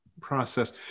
process